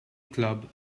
club